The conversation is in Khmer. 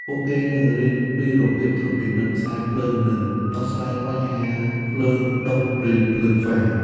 ពួកគេនឹងរៀនពីរបៀបត្រួតពិនិត្យខ្សែភ្លើងនិងដោះស្រាយបញ្ហាភ្លើងដុះឬភ្លើងហ្វារ។